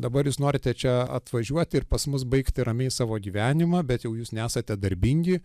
dabar jūs norite čia atvažiuoti ir pas mus baigti ramiai savo gyvenimą bet jau jūs nesate darbingi